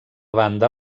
banda